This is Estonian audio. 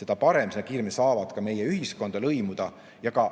seda parem, sest seda kiiremini saavad nad ka meie ühiskonda lõimuda. Ja ka